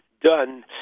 done